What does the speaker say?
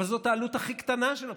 אבל זאת העלות הכי קטנה של הבחירות.